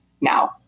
now